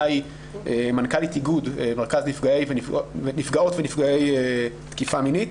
ואורית סוליציאנו מנכ"לית איגוד מרכז נפגעות ונפגעי תקיפה מינית.